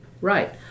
Right